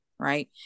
right